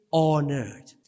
honored